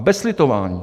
A bez slitování.